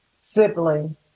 sibling